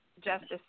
justice